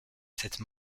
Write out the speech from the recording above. cette